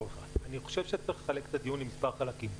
חלקים.